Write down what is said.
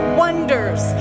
wonders